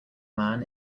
man